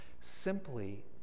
simply